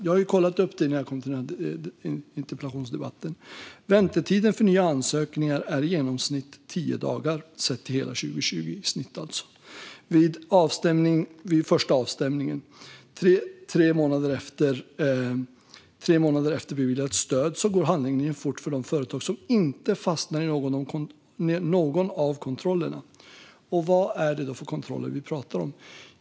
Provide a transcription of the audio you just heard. Jag kollade upp det innan jag kom hit till interpellationsdebatten. Väntetiden för nya ansökningar var vid den första avstämningen i genomsnitt tio dagar, sett till hela 2020. Tre månader efter beviljat stöd går handläggningen fort när det gäller de företag som inte fastnar i någon av kontrollerna. Vad är det då för kontroller vi talar om?